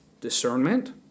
discernment